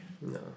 No